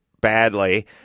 badly